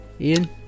ian